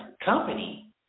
company